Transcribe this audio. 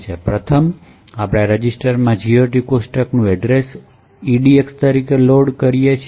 પ્રથમ આપણે આ રજીસ્ટરમાં GOT કોષ્ટકનું એડ્રેશ EDX તરીકે લોડ કરીએ છીએ